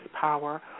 power